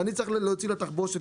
ואני צריך להוציא לה תחבושת,